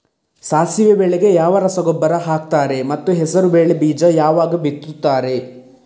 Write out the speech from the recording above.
ಸಾಸಿವೆ ಬೆಳೆಗೆ ಯಾವ ರಸಗೊಬ್ಬರ ಹಾಕ್ತಾರೆ ಮತ್ತು ಹೆಸರುಬೇಳೆ ಬೀಜ ಯಾವಾಗ ಬಿತ್ತುತ್ತಾರೆ?